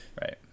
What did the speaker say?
right